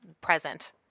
present